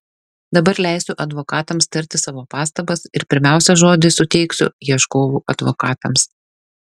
dabar leisiu advokatams tarti savo pastabas ir pirmiausia žodį suteiksiu ieškovų advokatams